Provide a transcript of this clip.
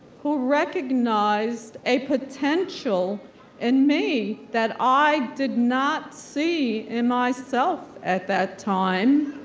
who recognized a potential in me that i did not see in myself at that time,